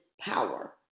power